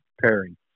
pairing